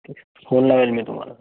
phone लावेन मी तुम्हाला